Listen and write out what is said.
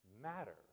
matter